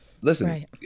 listen